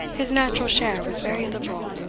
his natural share was very liberal.